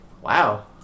Wow